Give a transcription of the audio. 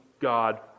God